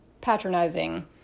patronizing